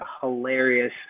hilarious